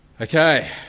Okay